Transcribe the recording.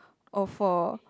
or for